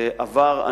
זה עבר,